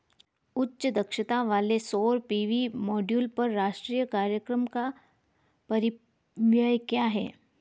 उच्च दक्षता वाले सौर पी.वी मॉड्यूल पर राष्ट्रीय कार्यक्रम का परिव्यय क्या है?